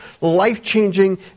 life-changing